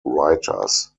writers